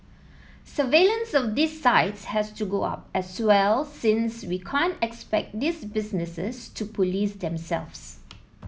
surveillance of these sites has to go up as well since we can't expect these businesses to police themselves